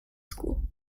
school